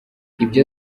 ibyo